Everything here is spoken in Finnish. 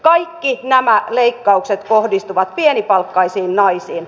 kaikki nämä leikkaukset kohdistuvat pienipalkkaisiin naisiin